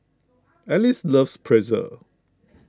Alice loves Pretzel